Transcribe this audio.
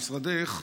משרדך,